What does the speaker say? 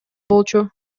болчу